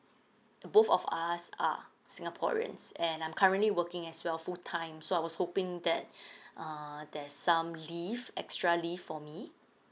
both of us are singaporeans and I'm currently working as well full time so I was hoping that uh there's some leave extra leave for me